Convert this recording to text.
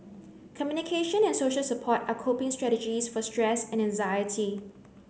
communication and social support are coping strategies for stress and anxiety